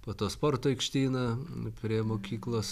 po to sporto aikštyną prie mokyklos